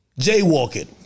jaywalking